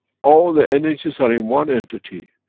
all the energies are in one entity.